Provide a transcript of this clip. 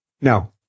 No